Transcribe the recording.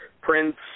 prints